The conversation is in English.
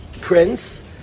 prince